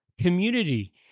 community